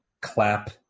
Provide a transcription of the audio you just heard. clap